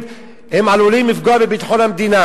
הם עלולים לפגוע בביטחון המדינה,